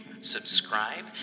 subscribe